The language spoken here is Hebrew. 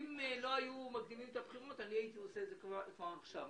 אם לא היו מקדימים את הבחירות הייתי עושה את זה כבר עכשיו.